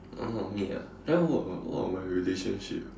oh me ah can I work or not work on my relationship